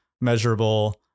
measurable